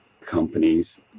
companies